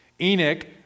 Enoch